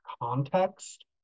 context